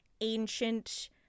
ancient